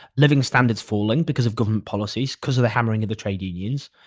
living standards falling because of government policies because of the hammering of the trade unions.